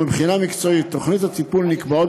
ומבחינה מקצועית תוכניות הטיפול נקבעות